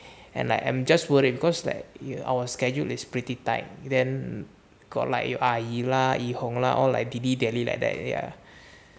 and I am just worried because that our scheduled is pretty tight then got like your 阿姨 lah yi hong lah dilly dally like that ah